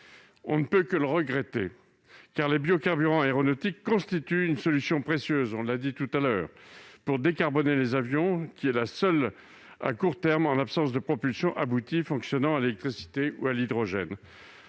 On ne peut que le regretter, car les biocarburants aéronautiques constituent une solution précieuse pour décarboner les avions, la seule solution à court terme en l'absence de propulsion aboutie qui fonctionnerait à l'électricité ou à l'hydrogène.